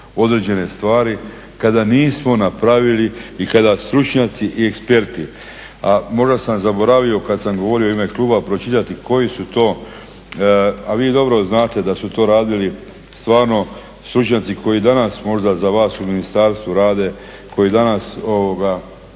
određene stvari kada nismo napravili i kada stručnjaci i eksperti, a možda sam zaboravi kad sam govorio u ime kluba pročitati koji su to, a vi dobro znate da su to radili stvarno stručnjaci koji danas možda za vas u ministarstvu rade, koji danas sigurno